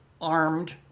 armed